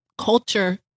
culture